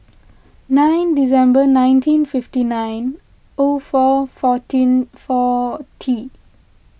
nine December nineteen fifty nine O four fourteen forty